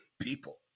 people